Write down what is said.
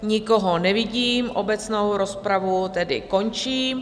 Nikoho nevidím, obecnou rozpravu tedy končím.